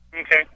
Okay